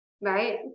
Right